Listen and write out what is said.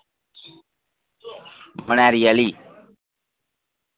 मनेआरी आह्ली